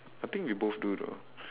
I think we both do though